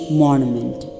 monument